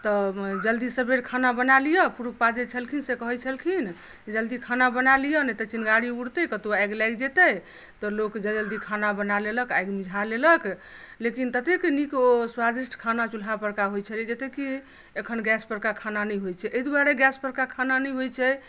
तऽ जल्दी सवेर खाना बना लिअ पुरुष पात्र जे छलखिन से कहैत छलखिन जे जल्दी खाना बना लिअ नहि तऽ चिङ्गारी उड़तै कतहु आगि लागि जेतै तऽ लोक जल्दी खाना बना लेलक आगि मिझा लेलक लेकिन ततेक नीक ओ स्वादिष्ट खाना चूल्हापर के होइत छलै जतेक कि अखन गैसपर के खाना नहि होइत छै एहि दुआरे गैसपर के खाना नहि होइत छै